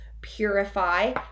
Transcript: purify